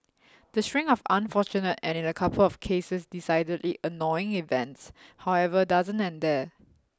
the string of unfortunate and in a couple of cases decidedly annoying events however doesn't end there